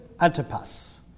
Antipas